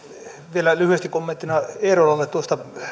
vielä lyhyesti kommenttina eerolalle tuosta